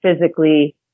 physically